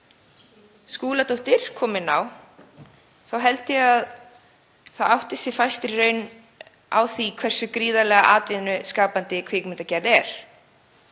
Skúladóttir kom inn á þá held ég að fæstir átti sig í raun á því hversu gríðarlega atvinnuskapandi kvikmyndagerð er.